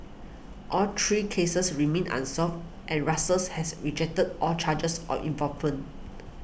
all three cases remain unsolved and has rejected all charges of